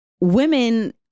women